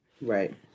Right